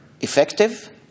effective